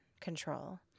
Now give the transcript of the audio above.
control